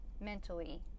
mentally